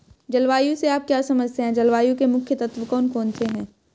जलवायु से आप क्या समझते हैं जलवायु के मुख्य तत्व कौन कौन से हैं?